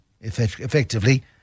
effectively